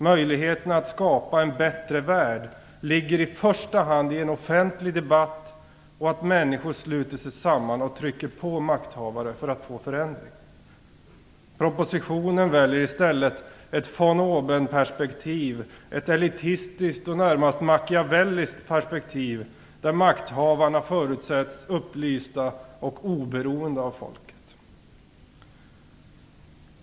Möjligheterna att skapa en bättre värld ligger i första hand i en offentlig debatt och i att människor sluter sig samman och trycker på makthavare för att få en förändring. I propositionen väljer man i stället ett "von oben"- perspektiv, ett elitistiskt och närmast machiavelliskt perspektiv, där makthavarna förutsätts vara upplysta och oberoende av folket.